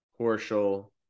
Horschel